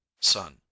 son